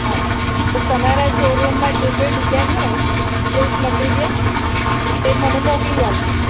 હાં તો તમારા શૉરૂમમાં જે ડિઝાઇન હોય ડ્રેસ મતિરિયલ એ મને મોકલી આલજો